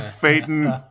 Phaeton